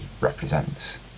represents